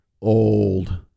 old